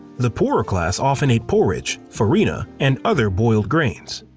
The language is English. the poorer class often ate porridge, farina, and other boiled grains.